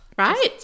right